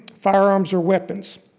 firearms are weapons.